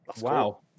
Wow